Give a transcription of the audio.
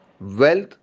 wealth